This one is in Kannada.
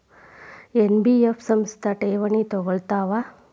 ಎನ್.ಬಿ.ಎಫ್ ಸಂಸ್ಥಾ ಠೇವಣಿ ತಗೋಳ್ತಾವಾ?